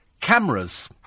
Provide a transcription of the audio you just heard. cameras